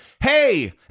hey